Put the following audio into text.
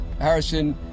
Harrison